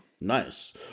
Nice